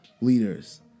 leaders